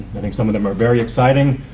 i think some of them are very exciting.